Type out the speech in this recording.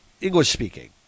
English-speaking